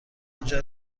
اینجا